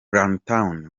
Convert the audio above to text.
runtown